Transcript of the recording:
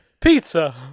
Pizza